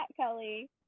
Kelly